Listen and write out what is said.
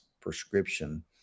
prescription